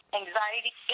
anxiety